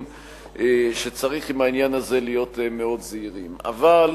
שצריך להיות מאוד זהירים בעניין הזה.